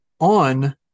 On